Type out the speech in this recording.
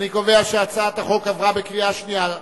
אני קובע שהצעת החוק עברה בקריאה שנייה.